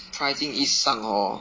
pricing 一上 hor